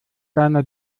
deiner